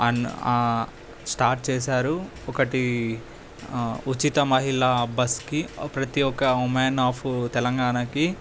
అన్ start చేసారు ఒకటి ఉచిత మహిళ బస్కి ప్రతి ఒక ఉమెన్ ఆఫు తెలంగాణకి